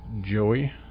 Joey